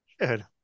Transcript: good